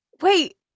Wait